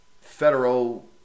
federal